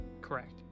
correct